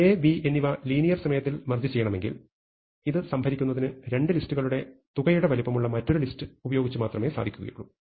A B എന്നിവ linear സമയത്തിൽ merge ചെയ്യണമെങ്കിൽ ഇത് സംഭരിക്കുന്നതിന് രണ്ട് ലിസ്റ്റുകളുടെ തുകയുടെ വലുപ്പമുള്ള മറ്റൊരു ലിസ്റ്റ് ഉപയോഗിച്ച് മാത്രമേ സാധിക്കുകയുള്ളൂ